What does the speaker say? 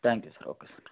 thank you sir okay sir